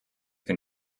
can